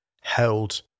held